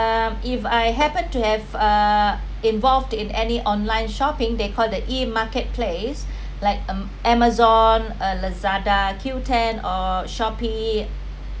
um if I haven’t to have uh involved in any online shopping they call the e-marketplace like um Amazon uh Lazada Qoo_ten or Shopee